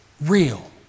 real